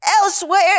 Elsewhere